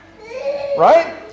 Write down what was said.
right